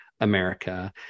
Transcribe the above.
America